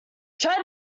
try